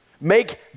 Make